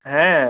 হ্যাঁ